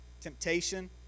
temptation